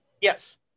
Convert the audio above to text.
Yes